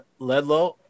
Ledlow